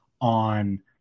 on